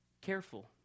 careful